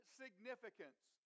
significance